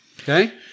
okay